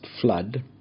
flood